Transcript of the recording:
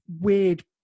weird